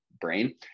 brain